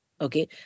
okay